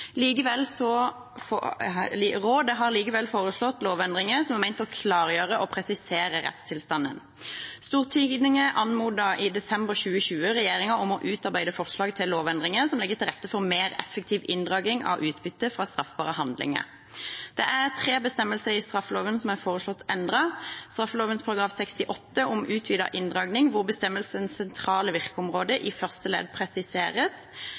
Rådet har likevel foreslått lovendringer som er ment å klargjøre og presisere rettstilstanden. Stortinget anmodet i desember 2020 regjeringen om å utarbeide forslag til lovendringer som legger til rette for mer effektiv inndragning av utbytte fra straffbare handlinger. Det er tre bestemmelser i straffeloven som er foreslått endret. I straffeloven § 68, om utvidet inndragning, presiseres bestemmelsens sentrale virkeområde i første ledd,